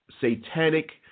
satanic